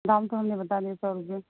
دام تو ہم نے بتا دیے سو روپئے